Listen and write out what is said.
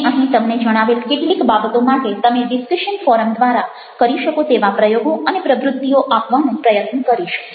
મેં અહીં તમને જણાવેલ કેટલીક બાબતો માટે તમે ડિસ્કશન ફોરમ દ્વારા કરી શકો તેવા પ્રયોગો અને પ્રવૃત્તિઓ આપવાનો પ્રયત્ન કરીશું